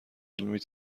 علمی